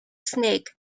snake